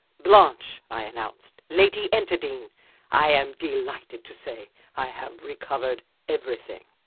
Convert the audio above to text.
blanche, i announced lady enterdean i am delighted to say i have recovered everything.